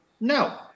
No